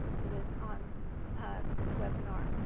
who is on this webinar.